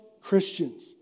Christians